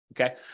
Okay